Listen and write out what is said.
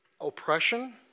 oppression